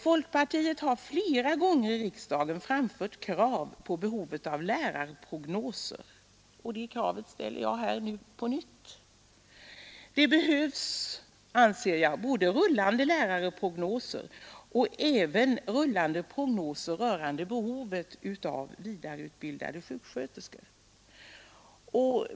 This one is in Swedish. Folkpartiet har flera gånger i riksdagen framfört krav på lärarprognoser. Det kravet ställer jag nu på nytt. Det behövs, anser jag, både rullande lärarprognoser och rullande prognoser rörande behovet av vidareutbildade sjuksköterskor.